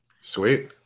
Sweet